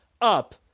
up